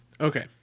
Okay